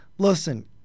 Listen